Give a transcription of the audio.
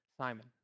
Simon